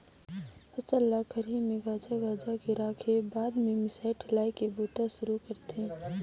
फसल ल खरही में गांज गांज के राखेब बाद में मिसाई ठेलाई के बूता सुरू करथे